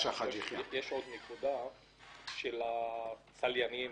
יש עוד נקודה של הצליינים